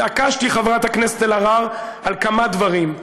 התעקשתי, חברת הכנסת אלהרר, על כמה דברים: